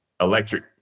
electric